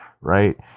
right